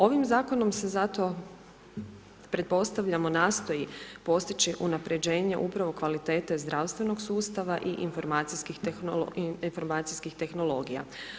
Ovim zakonom se zato, pretpostavljamo, nastoji postići unaprjeđenje upravo kvalitete zdravstvenog sustava i informacijskih tehnologija.